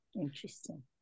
Interesting